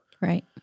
Right